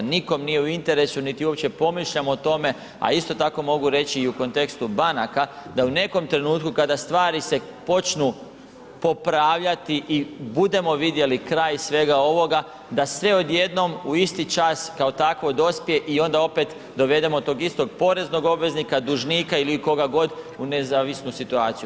Nikom nije u interesu, niti uopće pomišljamo o tome, a isto tako mogu reći i u kontekstu banaka da u nekom trenutku kada stvari se počnu popravljati i budemo vidjeli kraj svega ovoga da sve odjednom u isti čas kao takvo dospije i onda opet dovedemo tog istog poreznog obveznika, dužnika ili koga god u nezavisnu situaciju.